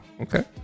Okay